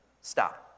Stop